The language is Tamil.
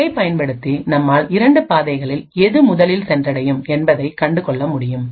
இதை பயன்படுத்தி நம்மால் இரண்டு பாதைகளில் எது முதலில் சென்றடையும் என்பதை கண்டுகொள்ள முடியும்